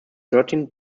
thirteenth